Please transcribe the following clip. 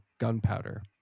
Gunpowder